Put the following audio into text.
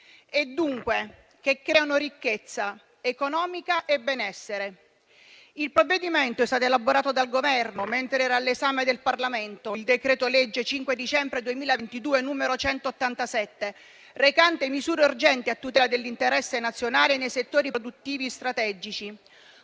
che dunque creano ricchezza economica e benessere. Il provvedimento è stato elaborato dal Governo mentre era all'esame del Parlamento il decreto-legge 5 dicembre 2022, n. 187, recante misure urgenti a tutela dell'interesse nazionale nei settori produttivi strategici;